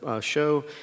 show